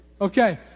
Okay